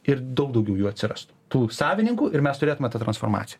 ir daug daugiau jų atsirastų tų savininkų ir mes turėtume tą transformaciją